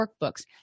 workbooks